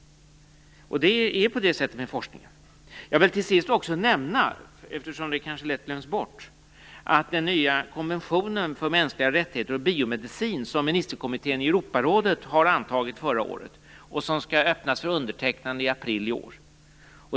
Det är på det sättet med forskningen. Jag vill till sist också nämna, eftersom den kanske lätt glöms bort, den nya konventionen för mänskliga rättigheter och biomedicin som ministerkommittén i Europarådet antog förra året och som skall öppnas för undertecknande i april i år.